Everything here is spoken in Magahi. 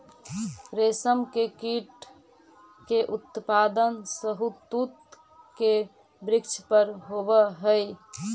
रेशम के कीट के उत्पादन शहतूत के वृक्ष पर होवऽ हई